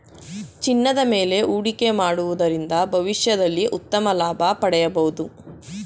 ಚಿನ್ನದ ಮೇಲೆ ಹೂಡಿಕೆ ಮಾಡುವುದರಿಂದ ಭವಿಷ್ಯದಲ್ಲಿ ಉತ್ತಮ ಲಾಭ ಪಡೆಯಬಹುದು